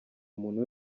umuntu